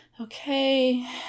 Okay